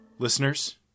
Listeners